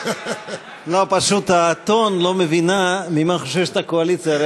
פשוט האתון לא מבינה ממה הקואליציה חוששת,